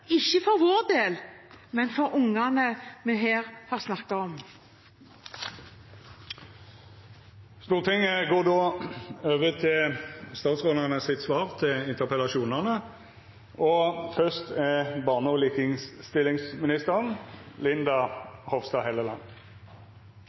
ikke for vår del, men for de ungene vi snakker om her? Stortinget går no over til svara på interpellasjonane frå statsrådane. Først er det barne- og likestillingsministeren, Linda